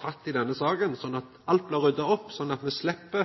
fast i denne saka, slik at alt blir rydda opp, slik at me slepp